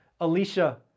Alicia